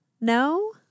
No